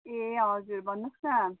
ए हजुर भन्नुहोस् न